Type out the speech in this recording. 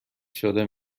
شده